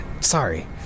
sorry